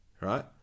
right